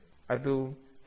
ಅದು ಸ್ಥಿರ ಶಕ್ತಿಯ ಸ್ಥಿತಿ